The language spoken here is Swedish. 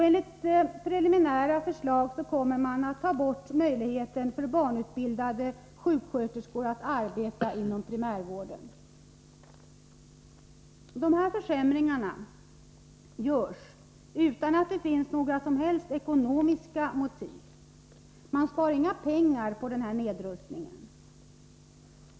Enligt preliminära förslag kommer man att ta bort möjligheten för utbildade barnsjuksköterskor att arbeta inom primärvården. Åtgärder som medför försämringar av nämnda slag vidtas utan att det finns några som helst ekonomiska motiv. Men man spar inga pengar på en sådan nedrustning.